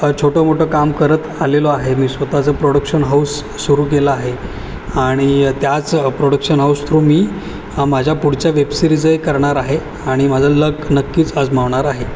छोटंमोठं काम करत आलेलो आहे मी स्वतःचं प्रोडक्शन हाऊस सुरू केलं आहे आणि त्याच प्रोडक्शन हाऊस थ्रू मी माझ्या पुढच्या वेबसिरीजही करणार आहे आणि माझं लक नक्कीच आजमावणार आहे